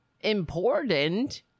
important